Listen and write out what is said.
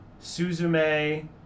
Suzume